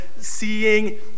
seeing